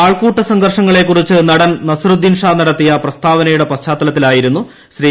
ആൾക്കൂട്ട സംഘർഷങ്ങളെക്കുറിച്ച് നടൻ നസിറുദ്ദീൻ ഷാ നടത്തിയ പ്രസ്താവനയുടെ പശ്ചാത്തലത്തിലായിരുന്നു ശ്രീ